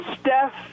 Steph